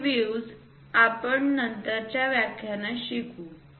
हे व्हिव्ज आपण नंतरच्या व्याख्यानातून शिकू